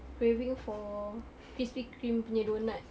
craving for Krispy Kreme punya doughnut